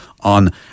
on